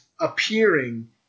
appearing